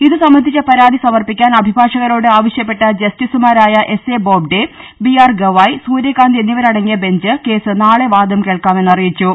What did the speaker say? ഇതു സംബന്ധിച്ച പരാതി സമർപ്പിക്കാൻ അഭിഭാഷകരോട് ആവ ശ്യപ്പെട്ട ജസ്റ്റിസുമാരായ S A Bobde B R Gavai Suryakant എന്നിവരടങ്ങിയ ബെഞ്ച് കേസ് നാളെ വാദം കേൾക്കാ മെന്നറിയിച്ചു